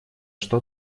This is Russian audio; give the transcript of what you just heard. что